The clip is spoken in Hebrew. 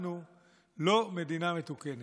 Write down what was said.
אנחנו לא מדינה מתוקנת.